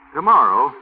Tomorrow